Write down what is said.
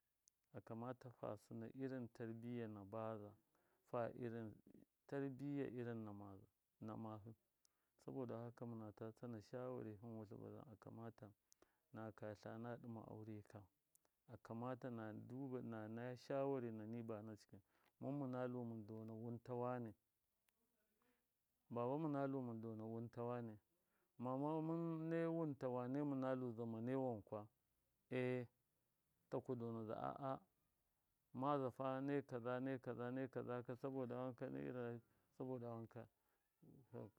Akamata fasɨna irin tarbiya na baza fa irin tarbiya na mahṫ na mahṫ saboda wanka mɨnata tsana sha wari hɨn wutlɨ abazam akamata naka tlana na ɗɨma aure ka akamata na duba naya shawari nani banaka mɨn mɨnalu mɨn dona wɨnta wane baba mɨnau mɨn dona wɨnta wane mama mɨnt wɨnta wane ji mɨnaluza mane wankwa? E taku donaza a. a. mazafa nai kaza nai kaza nai kaza saboda wanka nai saboda wanka.